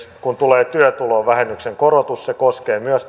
kun tulee työtulovähennyksen korotus se koskee myös